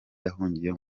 yahungiye